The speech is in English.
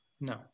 No